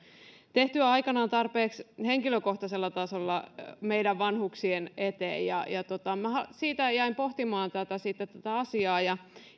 tehtyä aikanaan tarpeeksi henkilökohtaisella tasolla meidän vanhuksien eteen siitä jäin sitten pohtimaan tätä asiaa ja